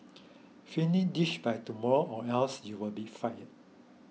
finish this by tomorrow or else you'll be fired